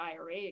IRA